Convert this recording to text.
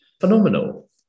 phenomenal